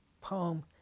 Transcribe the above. poem